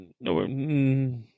No